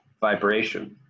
vibration